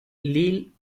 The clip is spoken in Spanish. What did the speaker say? lil